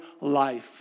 life